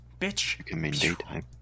bitch